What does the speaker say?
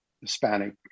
hispanic